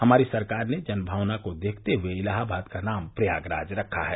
हमारी सरकार ने जनभावना को देखते हुये इलाहाबाद का नाम प्रयागराज रखा है